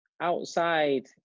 outside